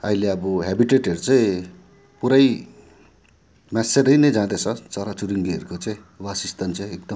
अहिले अब हेबिटेटहरू चाहिँ पुरै मासिएर नै जाँदैछ चरा चुरूङ्गीहरूको चाहिँ वासस्थान चाहिँ एकदम